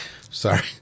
Sorry